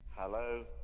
Hello